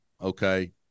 okay